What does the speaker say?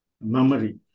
memory